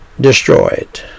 destroyed